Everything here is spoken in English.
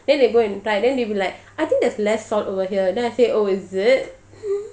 then they go and try then they will be like I think there's less salt over here then I say oh is it